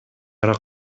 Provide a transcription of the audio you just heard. ара